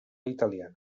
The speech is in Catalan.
italiana